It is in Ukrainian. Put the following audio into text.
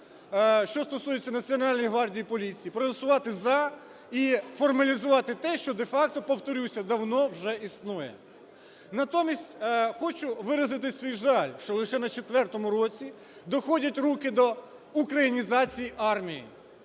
що стосується Національної гвардії, поліції, проголосувати "за" і формалізувати те, що де-факто, повторюся, давно вже існує. Натомість хочу виразити свій жаль, що лише на четвертому році доходять руки до українізації армії.